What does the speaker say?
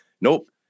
nope